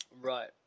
Right